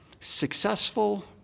successful